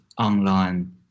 online